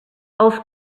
els